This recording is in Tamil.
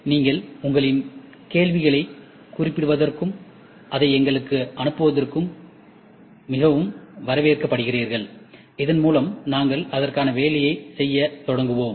நீங்கள் உங்களின் கேள்விகளைக் குறிப்பிடுவதற்கும் அதை எங்களுக்கு அனுப்புவதற்கும் மிகவும் வரவேற்கப்படுகிறீர்கள் இதன்மூலம் நாங்கள் அதற்கான வேலையை செய்யத் தொடங்குவோம்